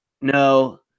No